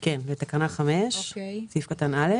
כן, בתקנה 5, סעיף קטן (א),